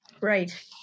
Right